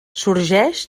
sorgeix